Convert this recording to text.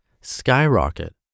skyrocket